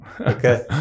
okay